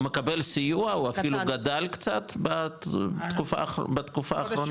הוא מקבל סיוע, הוא אפילו גדל קצת בתקופה האחרונה.